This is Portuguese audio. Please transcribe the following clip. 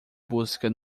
busca